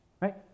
right